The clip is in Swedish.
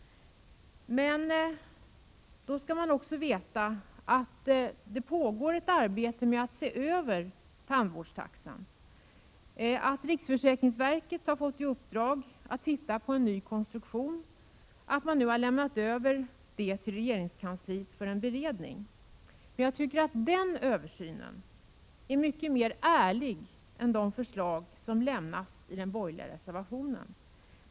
Men man skall också veta att det pågår ett arbete med att se över tandvårdstaxan, att riksförsäkrings verket har fått i uppdrag att arbeta på en ny konstruktion, att man nu har — Prot. 1987/88:31 överlämnat sitt förslag till regeringskansliet för beredning. Jag tycker att den 25 november 1987 översynen är mycket mer ärlig än de förslag som lämnas i den borgerliga moa oo reservationen.